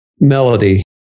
melody